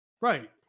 Right